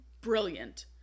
Brilliant